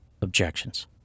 objections